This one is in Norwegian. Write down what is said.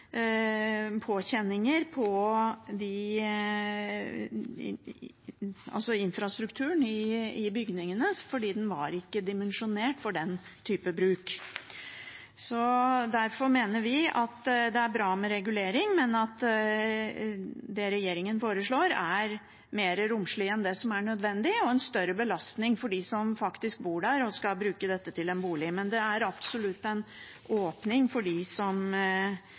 påkjenninger på infrastrukturen i bygningene fordi de ikke var dimensjonert for den type bruk. Derfor mener vi at det er bra med regulering, men at det regjeringen foreslår, er mer romslig enn det som er nødvendig, og en større belastning for dem som faktisk bor der og skal bruke dette til bolig. Det er absolutt en åpning for dem som